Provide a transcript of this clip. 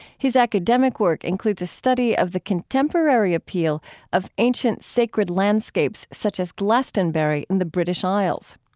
his academic work includes a study of the contemporary appeal of ancient sacred landscapes such as glastonbury in the british isles.